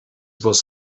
was